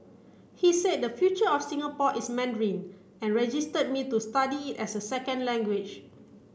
he said the future of Singapore is Mandarin and registered me to study it as a second language